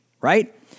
right